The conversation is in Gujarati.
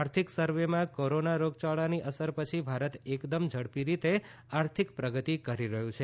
આર્થિક સર્વેમાં કોરોના રોગયાળાની અસર પછી ભારત એકદમ ઝડપી રીતે આર્થિક પ્રગતિ કરી રહ્યું છે